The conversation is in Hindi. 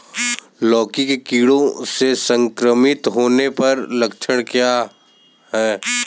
लौकी के कीड़ों से संक्रमित होने के लक्षण क्या हैं?